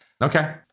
Okay